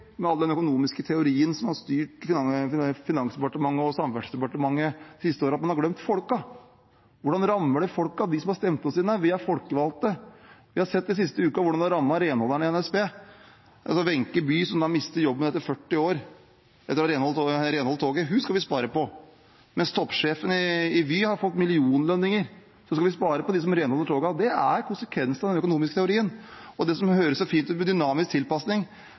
med all den økonomiske teorien som har styrt Finansdepartementet og Samferdselsdepartementet de siste årene: Man har glemt folk. Hvordan rammer det folk, de som har stemt oss inn her? Vi er folkevalgte. Den siste uken har vi sett hvordan det har rammet renholderne i NSB. Wenche Bye, som mister jobben etter 40 år med rengjøring av tog – henne skal vi spare på. Mens toppsjefene i Vy har fått millionlønninger, skal vi spare på dem som renholder togene. Det er konsekvensen av den økonomiske teorien og det som høres så fint ut med dynamisk tilpasning.